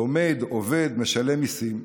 לומד, עובד, משלם מיסים,